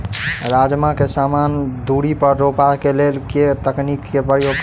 राजमा केँ समान दूरी पर रोपा केँ लेल केँ तकनीक केँ प्रयोग करू?